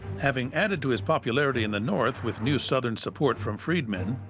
having added to his popularity in the north, with new southern support from freed men,